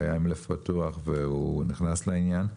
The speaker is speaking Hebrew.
שהיה עם לב פתוח והוא נכנס לעניין,